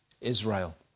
Israel